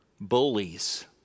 bullies